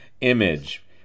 image